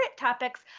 topics